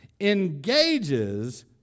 engages